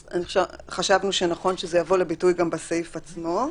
אז חשבנו שנכון שזה יבוא לידי ביטוי גם בסעיף עצמו,